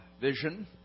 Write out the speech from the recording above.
vision